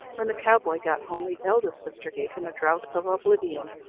when the cowboy got home, the eldest sister gave him a draught of oblivion,